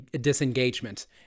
disengagement